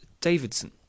Davidson